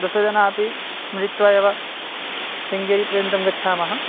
दशजनाः अपि मिलित्वा एव शृङ्गेरीपर्यन्तं गच्छामः